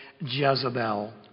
Jezebel